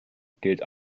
gilt